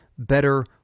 better